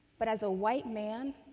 but as a white man,